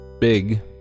big